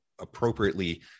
appropriately